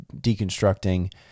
deconstructing